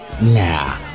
Nah